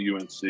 UNC